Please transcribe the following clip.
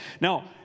Now